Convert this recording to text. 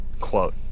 Quote